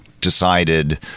decided